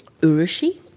urushi